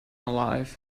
alive